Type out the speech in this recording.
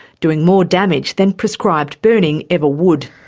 doing more damage than prescribed burning ever would.